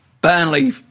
Burnley